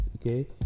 okay